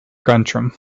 guntram